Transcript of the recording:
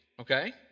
okay